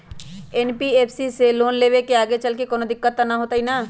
NBFC से loan लेबे से आगेचलके कौनो दिक्कत त न होतई न?